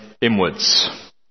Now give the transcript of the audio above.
inwards